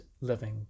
living